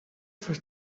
for